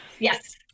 Yes